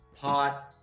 pot